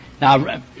Now